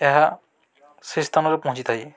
ଏହା ସେ ସ୍ଥାନରେ ପହଞ୍ଚିଥାଏ